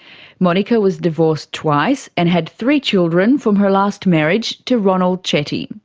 monika was divorced twice and had three children from her last marriage to ronald chetty.